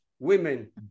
women